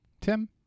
Tim